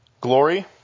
glory